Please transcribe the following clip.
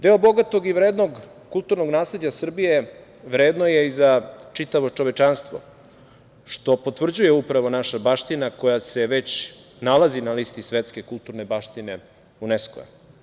Deo bogatog i vrednog kulturnog nasleđa Srbije vredno je i za čitavo čovečanstvo, što potvrđuje upravo naša baština koja se već nalazi na listi Svetske kulturne baštine UNESKO.